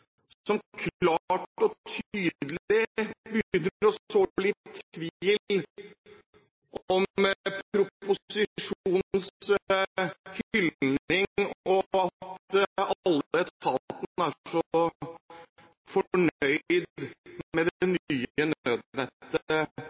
som klart og tydelig sår litt tvil om proposisjonens hylling, og om at alle etatene er så fornøyd med